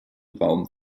raum